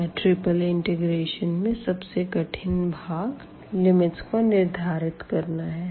यहाँ triple integration में सबसे कठिन भाग लिमिट्स को निर्धारित करना है